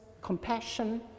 compassion